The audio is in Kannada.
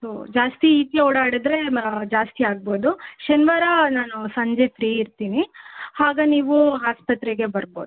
ಸೊ ಜಾಸ್ತಿ ಈಚೆ ಓಡಾಡಿದರೆ ಜಾಸ್ತಿ ಆಗ್ಬೋದು ಶನಿವಾರ ನಾನು ಸಂಜೆ ಫ್ರೀ ಇರ್ತೀನಿ ಆಗ ನೀವು ಆಸ್ಪತ್ರೆಗೆ ಬರ್ಬೋದು